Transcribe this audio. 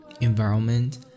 environment